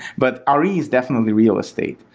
but ah re is definitely real estate.